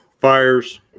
Fires